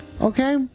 Okay